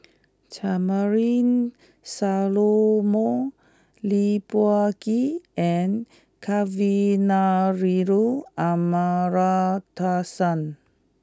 Charmaine Solomon Lee Peh Gee and Kavignareru Amallathasan